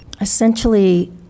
essentially